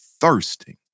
thirsting